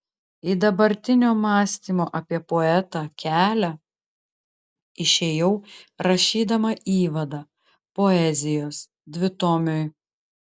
į dabartinio mąstymo apie poetą kelią išėjau rašydama įvadą poezijos dvitomiui